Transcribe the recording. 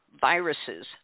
viruses